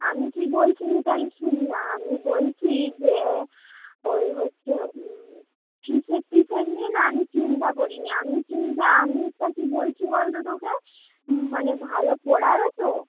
আমি কী বলছি মিতালি শোন না আমি বলছি যে ওই হচ্ছে টিউশান টিউশান নিয়ে না আমি চিন্তা করি নি আমি চিন্তা আমি কী বলছি বলতো তোকে মানে ভালো পড়াবে তো